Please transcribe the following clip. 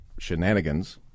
shenanigans